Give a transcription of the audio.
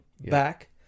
back